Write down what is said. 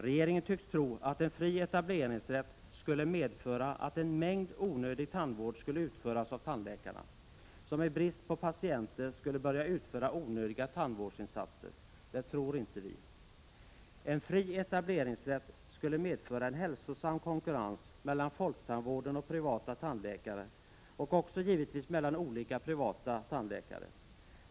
Regeringen tycks tro att en fri etableringsrätt skulle medföra att en mängd onödig tandvård skulle utföras av tandläkarna, som i brist på patienter skulle börja göra onödiga tandvårdsinsatser. Det tror inte vi. En fri etableringsrätt skulle medföra en hälsosam konkurrens mellan 25 november 1987 folktandvården och privata tandläkare och också givetvis mellan olika privata tandläkare.